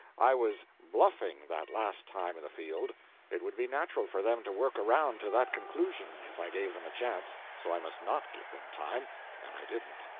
i was bluffing that last time in the field it would be natural for them to work around to that conclusion, if i gave them a chance. so i must not give them time and i didn't.